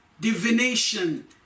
divination